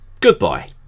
Goodbye